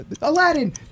Aladdin